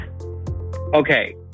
Okay